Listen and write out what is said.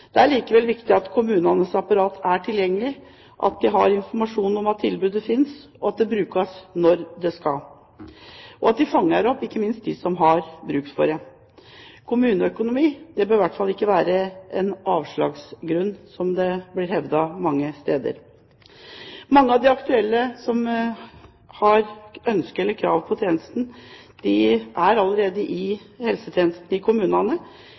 Det er likevel viktig at kommunenes apparat er tilgjengelig med informasjon om at tilbudet finnes, at det brukes når det skal, og ikke minst at det fanger opp dem som har bruk for det. Kommuneøkonomi bør i hvert fall ikke være avslagsgrunn, som det blir hevdet mange steder. Mange av de aktuelle som har ønske om eller har krav på tjenester, er allerede i helsetjenesten i kommunene